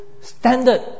standard